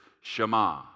Shema